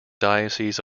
diocese